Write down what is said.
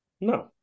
No